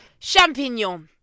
champignon